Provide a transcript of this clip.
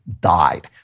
died